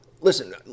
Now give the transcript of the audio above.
listen